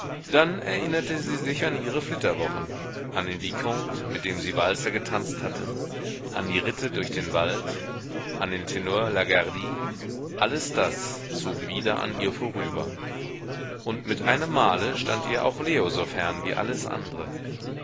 dann erinnerte sie sich an ihre flitterwochen an den vicomte mit dem sie walzer getanzt hatte an die ritte durch den wald an den tenor lagardy alles das zog wieder an ihr vorüber und mit einem male stand ihr auch leo so fern wie alles andre